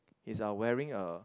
he are wearing a